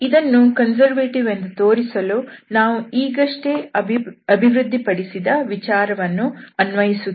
ಇದನ್ನು ಕನ್ಸರ್ವೇಟಿವ್ ಎಂದು ತೋರಿಸಲು ನಾವು ಈಗಷ್ಟೇ ಅಭಿವೃದ್ಧಿಪಡಿಸಿದ ವಿಚಾರವನ್ನು ಅನ್ವಯಿಸುತ್ತೇವೆ